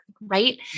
right